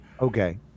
Okay